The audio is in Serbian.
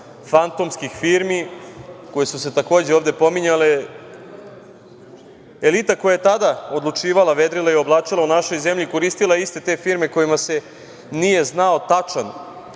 fantomskih firmi koje su se, takođe, ovde pominjale. Elita koja je tada odlučivala, vedrila i oblačila u našoj zemlji koristila je iste te firme kojima se nije znao tačan